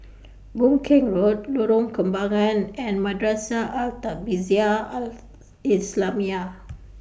Boon Keng Road Lorong Kembagan and Madrasah Al Tahzibiah Al Islamiah